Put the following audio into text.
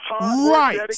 Right